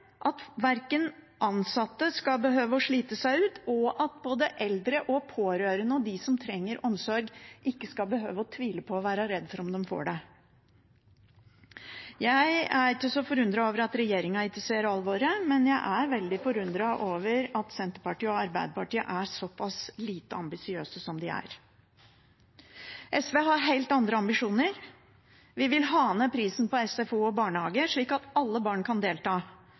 at ansatte ikke skal behøve å slite seg ut, og at både eldre, pårørende og de som trenger omsorg, ikke skal behøve å tvile på og være redde for om de får det. Jeg er ikke så forundret over at regjeringen ikke ser alvoret, men jeg er veldig forundret over at Senterpartiet og Arbeiderpartiet er såpass lite ambisiøse som de er. SV har helt andre ambisjoner. Vi vil ha ned prisen på SFO og barnehage, slik at alle barn kan delta.